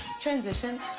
transition